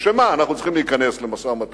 לשם מה אנחנו צריכים להיכנס למשא-ומתן,